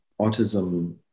Autism